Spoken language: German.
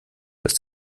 dass